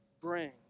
bring